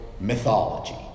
mythology